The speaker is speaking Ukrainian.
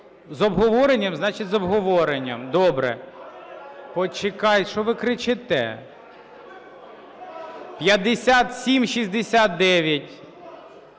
З обговоренням - значить, з обговоренням, добре. Почекайте, що ви кричите? 5769